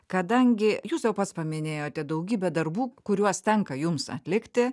kadangi jūs jau pats paminėjote daugybę darbų kuriuos tenka jums atlikti